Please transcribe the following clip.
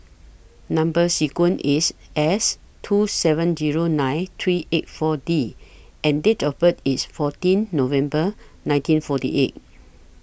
Number sequence IS S two seven Zero nine three eight four D and Date of birth IS fourteen November nineteen forty eight